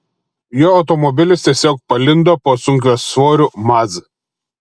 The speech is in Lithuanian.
jo automobilis tiesiog palindo po sunkiasvoriu maz